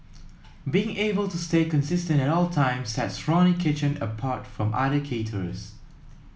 being able to stay consistent at all times sets Ronnie Kitchen apart from other caterers